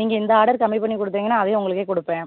நீங்கள் இந்த ஆர்டர் கம்மி பண்ணி கொடுத்தீங்கனா அதையும் உங்களுக்கே கொடுப்பேன்